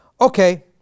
okay